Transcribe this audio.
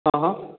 હં હં